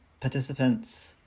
participants